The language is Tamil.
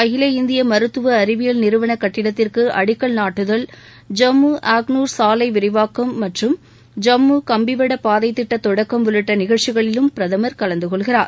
அகில இந்திய மருத்துவ அறிவியல் நிறுவன கட்டிடத்திற்கு அடிக்கல் நாட்டுதல் ஜம்மு ஆக்னூர் சாலை விரிவாக்கம் மற்றும் ஜம்மு கம்பிவட பாதை திட்ட தொடக்கம் உள்ளிட்ட நிகழ்ச்சிகளிலும் பிரதமர் கலந்துகொள்கிறார்